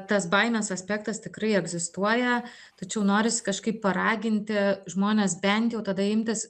tas baimės aspektas tikrai egzistuoja tačiau noris kažkaip paraginti žmones bent jau tada imtis